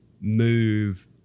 move